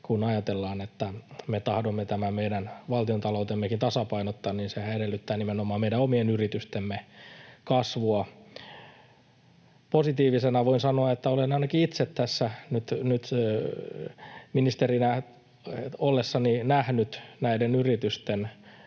Kun ajatellaan, että me tahdomme tämän meidän valtiontaloutemmekin tasapainottaa, niin sehän edellyttää nimenomaan meidän omien yritystemme kasvua. Positiivisena voin sanoa, että olen ainakin itse tässä nyt ministerinä ollessani nähnyt näiden yritysten